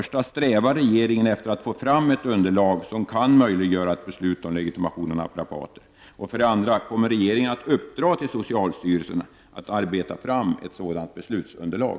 Strävar regeringen efter att få fram ett underlag som kan möjliggöra ett beslut om legitimation av naprapater? 2. Kommer regeringen att uppdra åt socialministern att arbeta fram ett sådant beslutsunderlag?